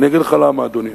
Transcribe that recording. אני אגיד לך למה, אדוני.